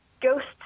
ghosts